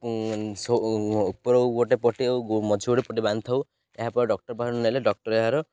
ଉପର ଗୋଟେ ପଟି ଆଉ ମଝି ଗୋଟେ ପଟି ବାନ୍ଧିଥାଉ ଏହାପରେ ଡ଼କ୍ଟର୍ ପାଖରୁ ନେଲେ ଡ଼କ୍ଟର୍ ଏହାର